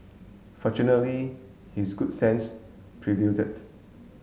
fortunately his good sense